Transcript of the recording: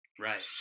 right